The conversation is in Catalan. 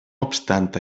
obstant